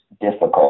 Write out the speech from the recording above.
difficult